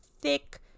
thick